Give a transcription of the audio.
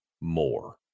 more